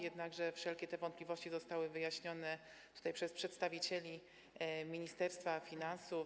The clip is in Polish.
Jednakże wszelkie te wątpliwości zostały wyjaśnione przez przedstawicieli Ministerstwa Finansów.